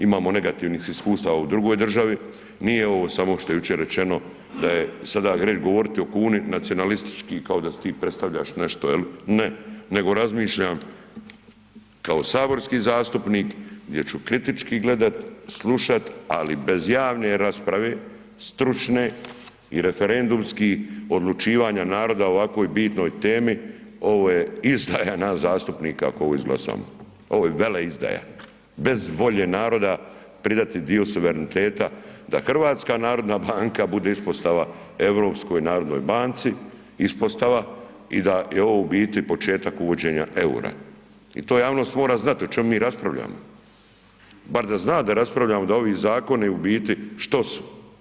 Imamo negativnih iskustava u drugoj državi, nije ovo samo što je jučer rečeno da je sada … govoriti o kuni nacionalistički kao da ti predstavljaš nešto jel, ne nego razmišljam kao saborski zastupnik gdje ću kritički gledat, slušat, ali bez javne rasprave stručne i referendumskih odlučivanja naroda o ovakvoj bitnoj temi ovo je izdaja nas zastupnika ako ovo izglasamo, ovo je veleizdaja, bez volje naroda pridati dio suvereniteta, da HNB bude ispostava Europskoj narodnoj banci, ispostava i da je ovo u biti početak uvođenja EUR-a i to javnost mora znat o čemu mi raspravljamo, bar da zna da raspravljamo, da ovi zakoni u biti što su.